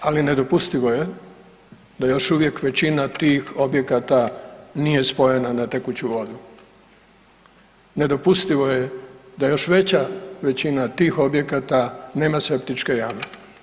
Ali nedopustivo je da još uvijek većina tih objekata nije spojena na tekuću vodu, nedopustivo je da još veća većina tih objekata nema septičke jame.